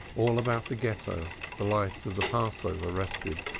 all about the ghetto the light of the passover rested,